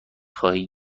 خواهی